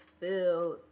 filled